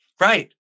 Right